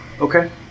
Okay